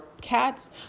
cats